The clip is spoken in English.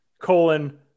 Colon